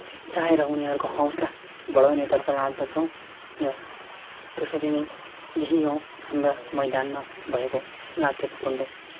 चिच्याएर उनीहरूको हौसला बढाउनेतर्फ लाग्दछौँ र त्यसरी नै यही हो हाम्रा मैदानमा भएको लाते भकुन्डो